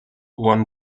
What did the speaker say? one